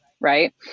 right